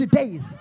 days